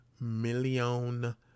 million